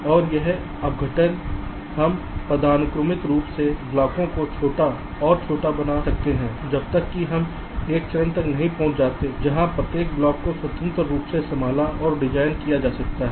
और यह अपघटन हम पदानुक्रमित रूप से ब्लॉकों को छोटा और छोटा बना सकते हैं जब तक कि हम एक चरण तक नहीं पहुंचते हैं जहां प्रत्येक ब्लॉक को स्वतंत्र रूप से संभाला और डिज़ाइन किया जा सकता है